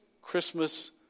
Christmas